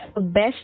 best